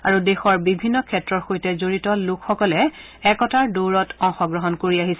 আৰু দেশৰ বিভিন্ন ক্ষেত্ৰৰ সৈতে জৰিত লোকসকলে একতাৰ দৌৰত অংশগ্ৰহণ কৰি আহিছে